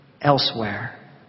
elsewhere